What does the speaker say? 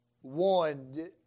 One